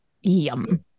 Yum